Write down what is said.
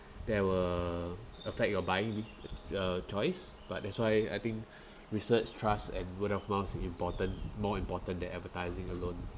that will affect your buying uh choice but that's why I think research trust and word of mouth is important more important than advertising alone